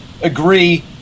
Agree